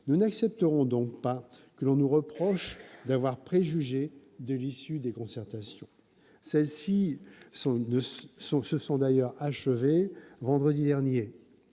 Nous n'accepterons donc pas que l'on nous reproche d'avoir préjugé de l'issue des concertations. Celles-ci se sont d'ailleurs achevées vendredi dernier.